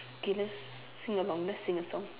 okay let's sing along let's sing a song